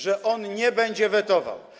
Że nie będzie wetował.